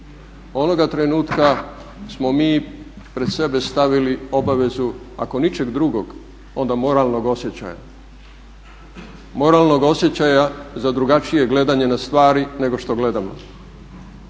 onoga trenutka smo mi pred sebe stavili obavezu ako ničeg drugog onda moralnog osjećaja, moralnog osjećaja za drugačije gledanje na stvari nego što gledamo.